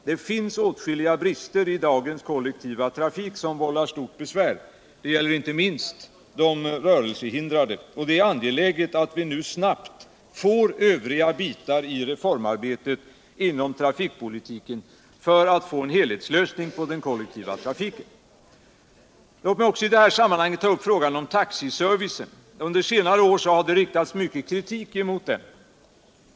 Det finns åtskilliga brister i dagens kollektiva trafik som vållar stort besvär, inte minst för de rörelsehindrade. Det är angeläget att vi nu snabbt får övriga bitar i reformarbetet inom trafikpolitiken för att få en helhetslösning för den kollektiva trafiken. Låt mig i det här sammanhanget också ta upp frågan om taxiservicen. Under senare år har det riktats mycket kritik mot den.